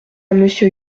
monsieur